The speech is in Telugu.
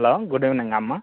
హలో గుడ్ ఈవెనింగ్ అమ్మ